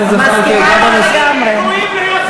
כמה גברים ראויים להיות שרים?